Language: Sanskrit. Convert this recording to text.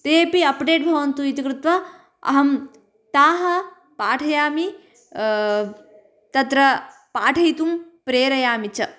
तेपि अप्डेट् भवन्तु इति कृत्वा अहं ताः पाठयामि तत्र पाठयितुं प्रेरयामि च